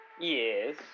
Yes